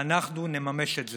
ואנחנו נממש את זה.